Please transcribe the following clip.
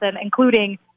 including